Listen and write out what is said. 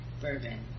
bourbon